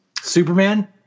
Superman